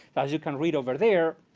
as you can read over there,